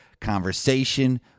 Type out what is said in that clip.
conversation